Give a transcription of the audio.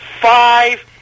five